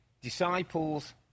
disciples